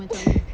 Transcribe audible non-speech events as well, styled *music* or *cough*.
*noise*